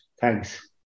Thanks